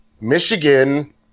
Michigan –